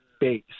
base